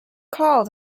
called